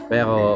Pero